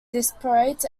disparate